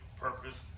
purpose